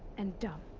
and dumb.